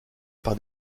par